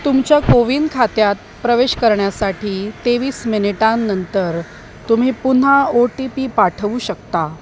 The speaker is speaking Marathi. तुमच्या को विन खात्यात प्रवेश करण्यासाठी तेवीस मिनिटांनंतर तुम्ही पुन्हा ओ टी पी पाठवू शकता